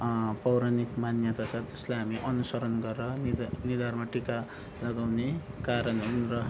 पौराणिक मान्यता छ त्यसलाई हामी अनुसरण गरेर निधार निधारमा टिका लगाउने कारण र